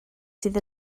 sydd